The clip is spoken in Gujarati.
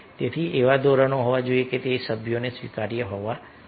તેથી એવો ધોરણ હોવો જોઈએ કે તે સભ્યોને સ્વીકાર્ય હોવો જોઈએ